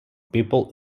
people